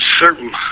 certain